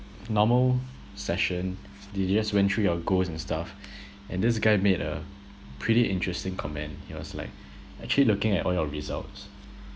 normal session they just went through your goals and stuff and this guy made a pretty interesting comment he was like actually looking at all your results